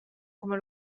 come